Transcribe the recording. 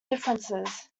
differences